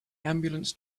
ambulance